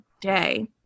day